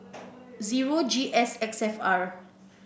zero G S X F R